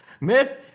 Myth